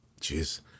jeez